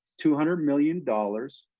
two hundred million dollars,